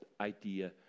idea